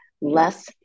less